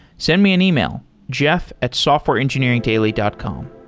send me an email, jeff at softwareengineeringdaily dot com.